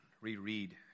reread